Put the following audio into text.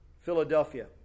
Philadelphia